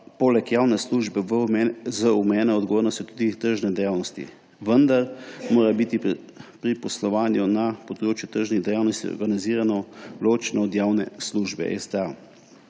poleg javne službe z omejeno odgovornostjo tudi tržne dejavnosti, vendar mora biti pri poslovanju na področju tržnih dejavnosti organizirano ločeno od javne službe.